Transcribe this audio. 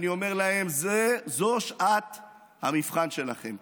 אני אומר להם: זאת שעת המבחן שלכם.